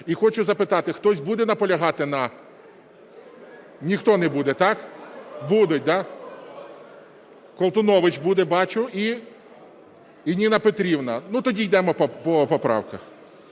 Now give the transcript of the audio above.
І хочу запитати, хтось буде наполягати на..? (Шум у залі) Ніхто не буде, так? Будуть, да? Колтунович буде, бачу, і Ніна Петрівна. Ну, тоді йдемо по поправках.